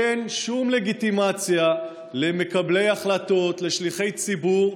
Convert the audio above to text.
אין שום לגיטימציה למקבלי החלטות, לשליחי ציבור,